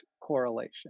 correlation